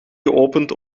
geopend